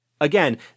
again